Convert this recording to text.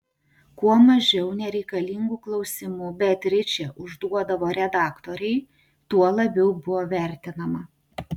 kuo mažiau nereikalingų klausimų beatričė užduodavo redaktorei tuo labiau buvo vertinama